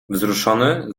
wzruszony